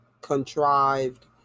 contrived